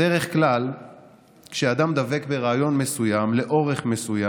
בדרך כלל כשאדם דבק ברעיון מסוים לאורך זמן מסוים,